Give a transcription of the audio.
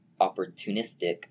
opportunistic